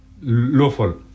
lawful